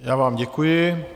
Já vám děkuji.